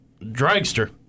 dragster